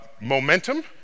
momentum